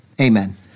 Amen